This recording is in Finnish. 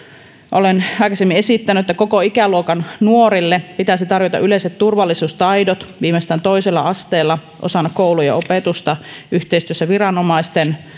olen aikaisemmin esittänyt että koko ikäluokan nuorille pitäisi tarjota yleiset turvallisuustaidot viimeistään toisella asteella osana koulujen opetusta yhteistyössä viranomaisten